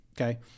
Okay